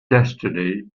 destiny